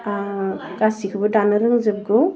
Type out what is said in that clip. गासिबखौबो दानो रोंजोबगौ